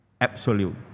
absolute